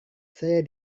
saya